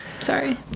Sorry